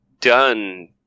done